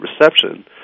Reception